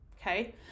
okay